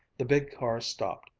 the big car stopped,